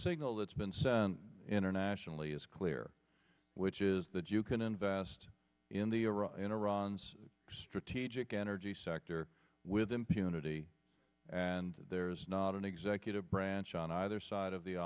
signal that's been sent internationally is clear which is that you can invest in the iraq in iran's strategic energy sector with impunity and there's not an executive branch on either side of the